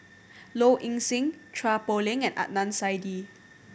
Low Ing Sing Chua Poh Leng and Adnan Saidi